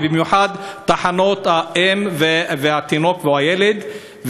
ובמיוחד תחנות האם והתינוק או הילד,